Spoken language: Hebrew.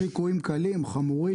אם יש ליקויים קלים, חמורים.